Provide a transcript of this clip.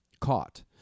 caught